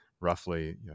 roughly